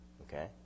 Okay